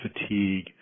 fatigue